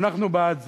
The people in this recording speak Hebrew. אנחנו בעד זה.